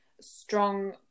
strong